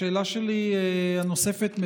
השאלה הנוספת שלי